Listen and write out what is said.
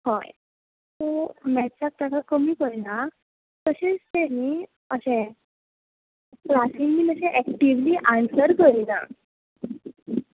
हय सो मॅत्साक तेका कमी पडलां तशेंच तें न्ही अशें क्लासींतन बी अशें एक्टीवली आन्सर करीना